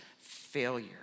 failure